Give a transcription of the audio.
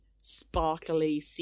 sparkly